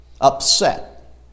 upset